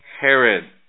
Herod